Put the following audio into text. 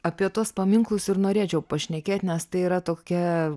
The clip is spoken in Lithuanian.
apie tuos paminklus ir norėčiau pašnekėt nes tai yra tokia